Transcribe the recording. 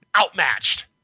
outmatched